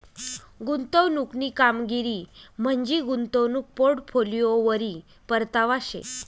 गुंतवणूकनी कामगिरी म्हंजी गुंतवणूक पोर्टफोलिओवरी परतावा शे